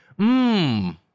Mmm